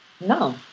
no